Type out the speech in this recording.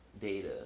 data